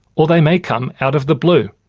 or they may come out of the blue.